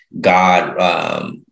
God